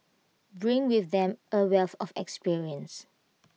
bring with them A wealth of experience